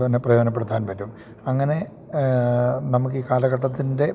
പിന്നെ പ്രയോജനപ്പെടുത്താൻ പറ്റും അങ്ങനെ നമുക്ക് ഈ കാലഘട്ടത്തിൻ്റെ